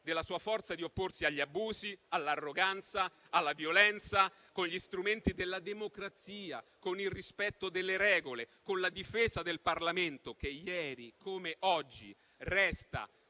della sua forza di opporsi agli abusi, all'arroganza e alla violenza, con gli strumenti della democrazia, con il rispetto delle regole e con la difesa del Parlamento che, ieri come oggi, resta